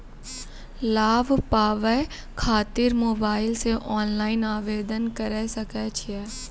लाभ पाबय खातिर मोबाइल से ऑनलाइन आवेदन करें सकय छियै?